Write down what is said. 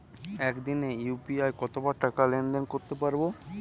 একদিনে ইউ.পি.আই কতবার টাকা লেনদেন করতে পারব?